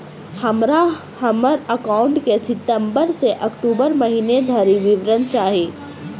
हमरा हम्मर एकाउंट केँ सितम्बर सँ अक्टूबर महीना धरि विवरण चाहि?